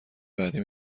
بعدی